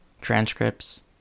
transcripts